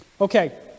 Okay